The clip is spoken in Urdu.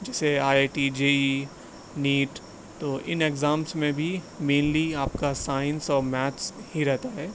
جیسے I I T J E E NEET تو ان اگزامس میں بھی مینلی آپ کا سائنس اور میتھس ہی رہتا ہے